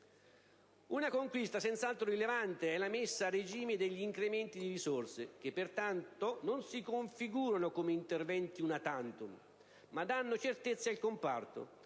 Una conquista senz'altro rilevante è la messa a regime degli incrementi di risorse, che pertanto non si configurano come interventi *una tantum* ma danno certezze al comparto;